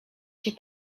się